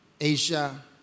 Asia